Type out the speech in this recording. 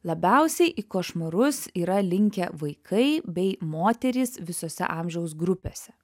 labiausiai į košmarus yra linkę vaikai bei moterys visose amžiaus grupėse